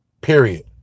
Period